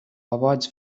awards